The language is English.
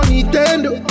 Nintendo